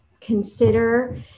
consider